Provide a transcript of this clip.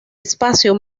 espacio